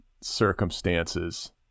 circumstances